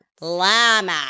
Llama